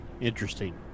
Interesting